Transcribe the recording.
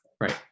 Right